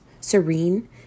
serene